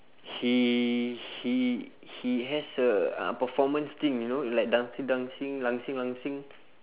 he he he has a uh performance thing you know like dancing dancing dancing dancing